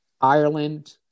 Ireland